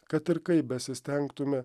kad ir kaip besistengtume